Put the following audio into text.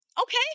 Okay